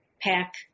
pack